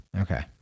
Okay